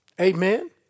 Amen